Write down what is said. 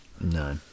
No